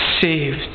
saved